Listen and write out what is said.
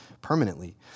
permanently